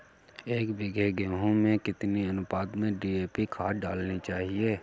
एक बीघे गेहूँ में कितनी अनुपात में डी.ए.पी खाद डालनी चाहिए?